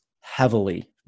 heavily